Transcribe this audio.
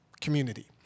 community